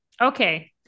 Okay